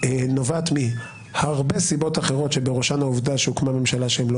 נובעת מהרב סיבות אחרות ובראשן העובדה שהוקמה ממשלה שהם לא